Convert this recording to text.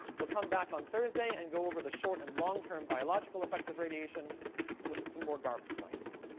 we'll come back on thursday and go over the short and long-term biological effects of radiation and look at some more garbage science.